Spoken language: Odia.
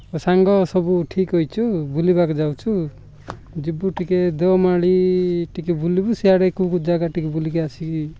ସାଙ୍ଗ ସବୁ ଠିକ୍ ହେଇଛୁ ବୁଲିବାକୁ ଯାଉଛୁ ଯିବୁ ଟିକିଏ ଦେଓମାଳି ଟିକିଏ ବୁଲିବୁ ସେଆଡ଼େ କେଉଁ କେଉଁ ଜାଗା ଟିକିଏ ବୁଲିକି ଆସିକି